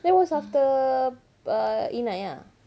that was after err inai ah